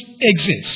exist